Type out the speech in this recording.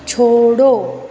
छोड़ो